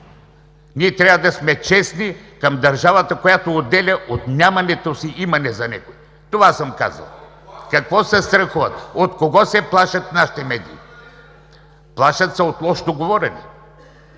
Ние трябва да сме честни към държавата, която отделя от нямането си имане за някого. Това съм казал. Какво се страхуват – от кого се плашат нашите медии? Плашат се от лошото говорене.